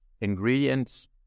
ingredients